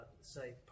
say